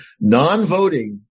Non-voting